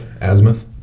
Azimuth